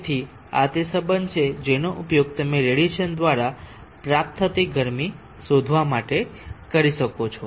તેથી આ તે સંબંધ છે જેનો ઉપયોગ તમે રેડિયેશન દ્વારા પ્રાપ્ત થતી ગરમી શોધવા માટે કરી શકો છો